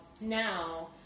now